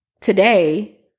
today